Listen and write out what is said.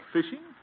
Fishing